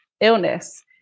illness